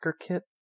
kit